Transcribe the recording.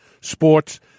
Sports